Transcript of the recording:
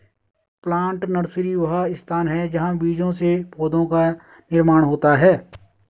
plant nursery वह स्थान है जहां बीजों से पौधों का निर्माण होता है